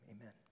amen